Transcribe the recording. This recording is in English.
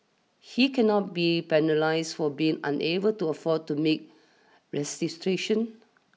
he cannot be penalised for being unable to afford to make restitution